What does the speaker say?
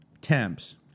temps